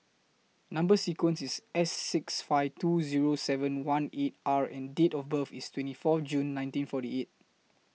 Number sequence IS S six five two Zero seven one eight R and Date of birth IS twenty four June nineteen forty eight